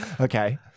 Okay